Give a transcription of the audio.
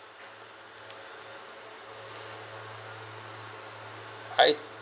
I